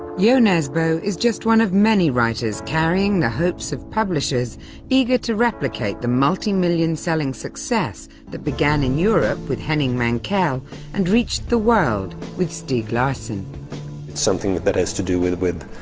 jo nesbo is just one of many writers carrying the hopes of publishers eager to replicate the multimillion-selling success that began in europe with henning mankell and reached the world with stieg larsson. it's something that has to do with with